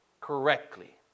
correctly